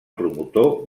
promotor